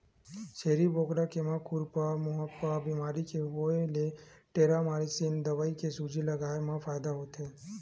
छेरी बोकरा के म खुरपका मुंहपका बेमारी के होय ले टेरामारसिन दवई के सूजी लगवाए मा फायदा होथे